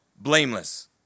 blameless